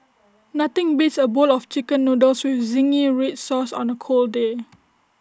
nothing beats A bowl of Chicken Noodles with Zingy Red Sauce on A cold day